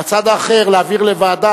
מהצד האחר להעביר לוועדה,